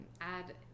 add